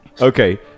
Okay